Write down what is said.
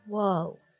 Whoa